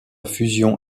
fusion